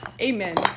Amen